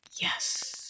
Yes